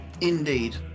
Indeed